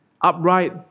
upright